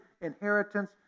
inheritance